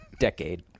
Decade